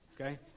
Okay